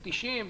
מתישים,